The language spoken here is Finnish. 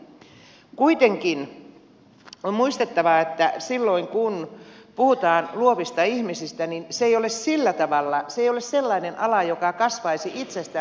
kuitenkin on muistettava että silloin kun puhutaan luovista ihmisistä niin se ei ole sillä tavalla sellainen ala joka kasvaisi itsestään